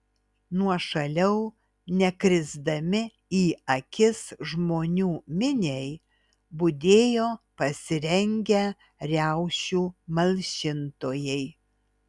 nuošaliau nekrisdami į akis žmonių miniai budėjo pasirengę riaušių malšintojai